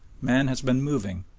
man has been moving,